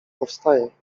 powstaje